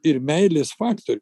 ir meilės faktorių